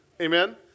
Amen